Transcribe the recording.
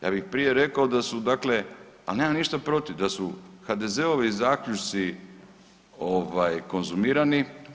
Ja bih prije rekao da su dakle, pa nemam ništa protiv da su HDZ-ovi zaključci konzumirani.